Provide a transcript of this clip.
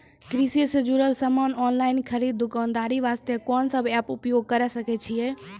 कृषि से जुड़ल समान ऑनलाइन खरीद दुकानदारी वास्ते कोंन सब एप्प उपयोग करें सकय छियै?